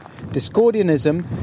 Discordianism